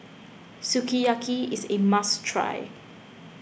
Sukiyaki is a must try